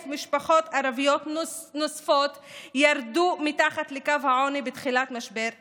משפחות ערביות נוספות ירדו מתחת לקו העוני מתחילת משבר הקורונה,